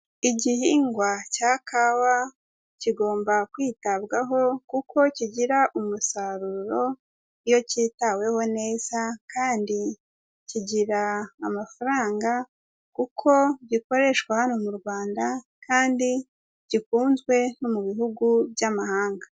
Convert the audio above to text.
Igihingwa cya kawa kigomba kwitabwaho kuko kigira umusaruro iyo kitaweho neza kandi kigira amafaranga kuko gikoreshwa hano mu Rwanda kandi gikunzwe no mu bihugu by'amahanga.